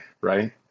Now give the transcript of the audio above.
Right